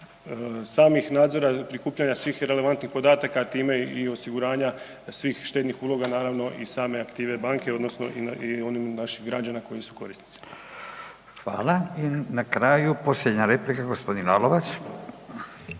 samih nadzora prikupljanja svih relevantnih podataka, a time i osiguranja svih štednih uloga, naravno i same aktive banke odnosno i onih naših građana koji su korisnici. **Radin, Furio (Nezavisni)** Hvala